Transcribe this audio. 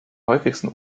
häufigsten